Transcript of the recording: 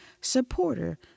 supporter